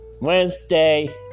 Wednesday